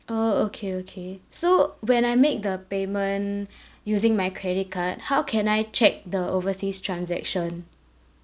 orh okay okay so when I make the payment using my credit card how can I check the overseas transaction